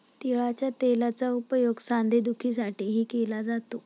तिळाच्या तेलाचा उपयोग सांधेदुखीसाठीही केला जातो